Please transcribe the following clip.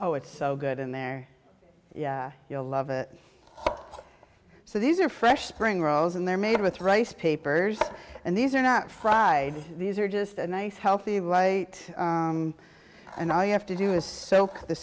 oh it's so good in there you'll love it so these are fresh spring rolls and they're made with rice papers and these are not fried these are just a nice healthy light and i have to do is so the